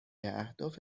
اهداف